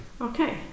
Okay